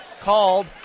called